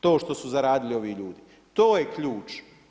To što su zaradili ovi ljudi, to je ključ.